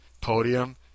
podium